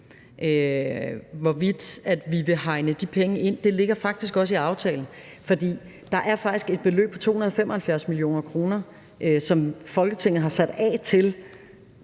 hvorvidt vi vil hegne de penge ind, vil jeg sige, at det faktisk også ligger i aftalen. For der er faktisk et beløb på 275 mio. kr., som Folketinget har sat af til